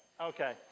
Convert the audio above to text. okay